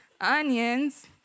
onions